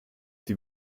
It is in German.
den